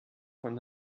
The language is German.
von